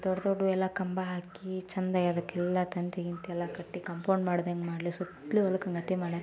ದೊಡ್ಡ ದೊಡ್ಡದು ಎಲ್ಲ ಕಂಬ ಹಾಕಿ ಚೆಂದ ಅದಕ್ಕೆಲ್ಲ ತಂತಿ ಗಿಂತಿ ಎಲ್ಲ ಕಟ್ಟಿ ಕಾಂಪೌಂಡ್ ಮಾಡ್ದಂಗೆ ಮಾಡಲಿ ಸುತ್ತಲೂ ಹೊಲಕ್ಕೆ ಹಂಗತಿ ಮಾಡಾ